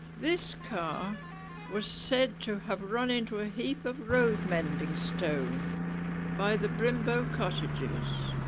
this car was said to have run into a heap of road-mending stone by the brymbo cottages